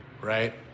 right